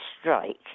strike